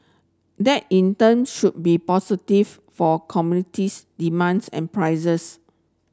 that in turn should be positive for commodities demands and prices